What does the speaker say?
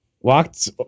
walked